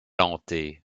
hantée